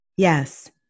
Yes